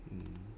mm